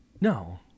No